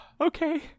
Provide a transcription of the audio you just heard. Okay